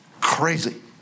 crazy